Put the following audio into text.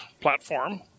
platform